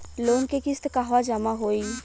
Loan के किस्त कहवा जामा होयी?